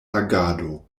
agado